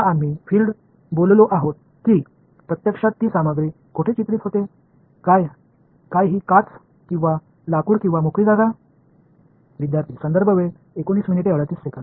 இப்போது நாம் பேசிய புலங்கள் கண்ணாடி அல்லது மரம் அல்லது இலவச இடம் எதுவாக இருந்தாலும் அந்த பொருள் உண்மையில் எங்கிருந்து வருகிறது